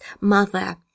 mother